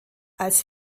als